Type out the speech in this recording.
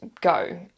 go